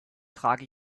trage